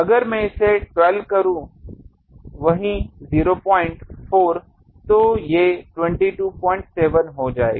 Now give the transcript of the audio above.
अगर मैं इसे 12 करूँ वही 04 तो ये 227 हो जायेगा